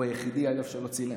הוא היחיד, אגב, שלא צילם.